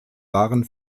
waren